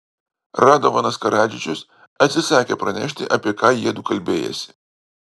radovanas karadžičius atsisakė pranešti apie ką jiedu kalbėjęsi